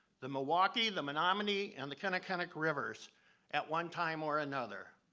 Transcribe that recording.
the milwaukee, the menominee and the kinnickinnic rivers at one time or another.